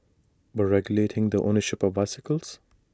but regulating the ownership of bicycles